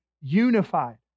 unified